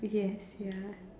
yes ya